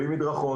בלי מדרכות.